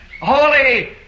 Holy